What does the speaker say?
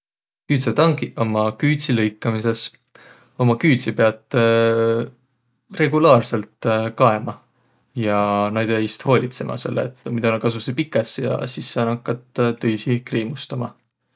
Küüdsetangiq ummaq küüdsi lõikamisõs. Ummi küüdsi piät regulaarsõlt kaema ja näide iist hoolitsõma, selle et muido näq kasusõq pikäs ja saq nakkat tõisi kriimustama.